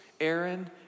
Aaron